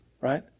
Right